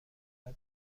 فقط